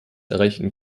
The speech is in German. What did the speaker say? erreichten